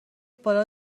بالا